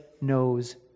knows